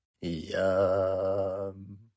Yum